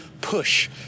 push